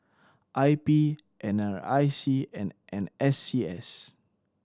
I P N R I C and N S C S